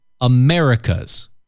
America's